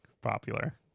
popular